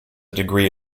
degree